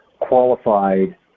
qualified